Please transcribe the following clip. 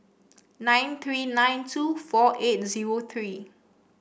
nine three nine two four eight zero three